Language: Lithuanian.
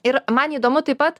ir man įdomu taip pat